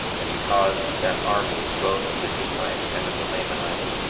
and he caused that armies, both of the nephites and of the lamanites,